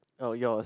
oh yours